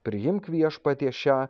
priimk viešpatie šią